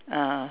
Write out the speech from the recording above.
uh